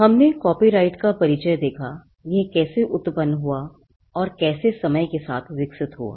हमने कॉपीराइट का परिचय देखा यह कैसे उत्पन्न हुआ और कैसे समय के साथ विकसित हुआ